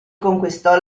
conquistò